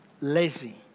lazy